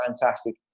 fantastic